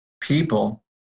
people